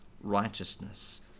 Righteousness